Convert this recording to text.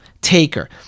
Taker